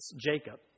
Jacob